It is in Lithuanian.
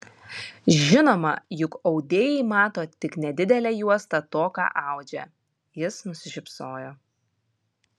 žinoma juk audėjai mato tik nedidelę juostą to ką audžia jis nusišypsojo